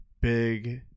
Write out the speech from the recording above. big